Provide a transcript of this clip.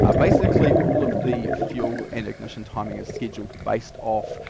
ah basically all of the fuel and ignition timing is scheduled based off,